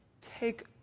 take